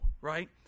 right